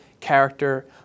character